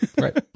Right